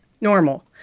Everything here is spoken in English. Normal